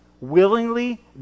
willingly